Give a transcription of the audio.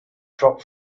drop